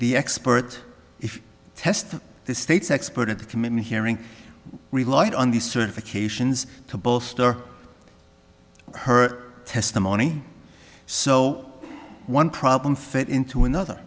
the expert if test the state's expert at the commitment hearing relied on the certifications to bolster her testimony so one problem fit into another